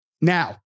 Now